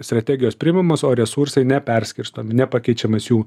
strategijos priimamos o resursai neperskirstomi nepakeičiamas jų